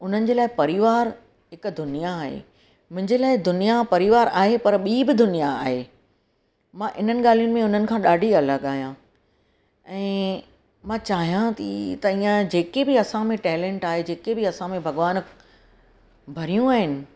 उन्हनि जे लाइ परिवार हिकु दुनिया आहे मुंहिंजे लाइ दुनिया परिवार आहे पर ॿी बि दुनिया आहे मां इन्हनि ॻाल्हियुनि मां हुननि खां ॾाढी अलॻि आहियां ऐं मां चाहियां थी त ईअं जेके बि असां में टैलेंट आहे जेके बि असां में भॻवान भरियूं आहिनि